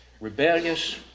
Rebellious